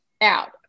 Out